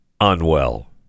unwell